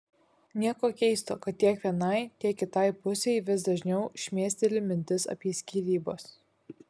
nieko keisto kad tiek vienai tiek kitai pusei vis dažniau šmėsteli mintis apie skyrybas